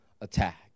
attack